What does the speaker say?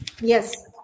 Yes